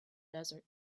desert